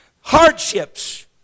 Hardships